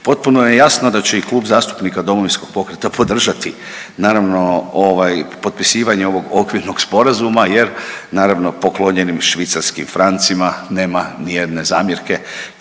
potpuno je jasno da će i Klub zastupnika Domovinskog pokreta podržati naravno ovaj potpisivanje ovog okvirnog sporazuma jer naravno poklonjenim švicarskim francima nema ni jedne zamjerke